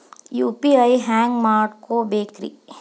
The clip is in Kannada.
ಯು.ಪಿ.ಐ ಹ್ಯಾಂಗ ಮಾಡ್ಕೊಬೇಕ್ರಿ?